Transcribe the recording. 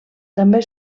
també